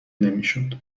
نمیشد